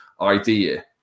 idea